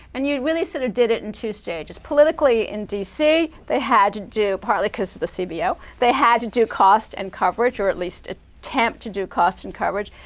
and you really sort of did it in two stages. just politically in dc, they had to do partly because of the cbo they had to do cost and coverage. or at least attempt to do cost and coverage.